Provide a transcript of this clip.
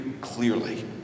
clearly